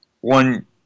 one